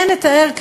אין לתאר פשוט,